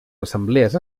assemblees